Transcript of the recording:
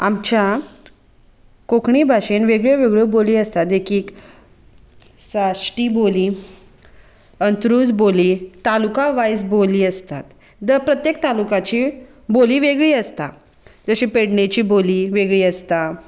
आमच्या कोंकणी भाशेन वेगळ्योवेगळ्यो बोली आसतात देखीक साश्टी बोली अंत्रूज बोली तालुका वायज बोली आसतात द प्रत्येक तालुक्याची बोली वेगळी आसता जशी पेडणेची बोली वेगळी आसता